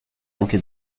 anche